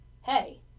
Hey